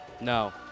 No